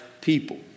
people